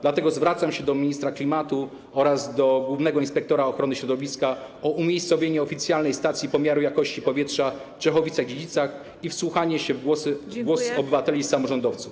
Dlatego zwracam się do ministra klimatu oraz do głównego inspektora ochrony środowiska o umiejscowienie oficjalnej stacji pomiaru jakości powietrza w Czechowicach-Dziedzicach i wsłuchanie się w głosy obywateli i samorządowców.